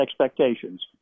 expectations